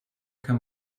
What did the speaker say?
kann